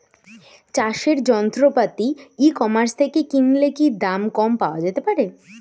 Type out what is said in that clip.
চাষের যন্ত্রপাতি e commerce থেকে কিনলে কি দাম কম পাওয়া যেতে পারে?